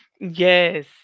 yes